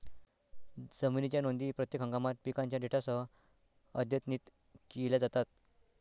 जमिनीच्या नोंदी प्रत्येक हंगामात पिकांच्या डेटासह अद्यतनित केल्या जातात